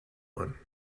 one